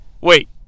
Wait